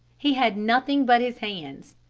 he had nothing but his hands.